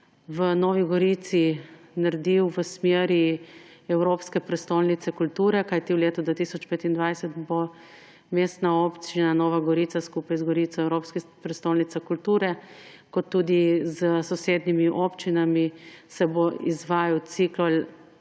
v Novi Gorici naredil v smeri evropske prestolnice kulture, kajti v letu 2025 bo Mestna občina Nova Gorica skupaj z Gorico evropska prestolnica kulture. Tudi s sosednjimi občinami se bo izvajal cikel